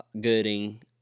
Gooding